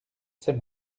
c’est